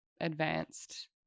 advanced